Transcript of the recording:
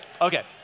Okay